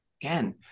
Again